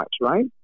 right